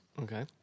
Okay